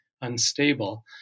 unstable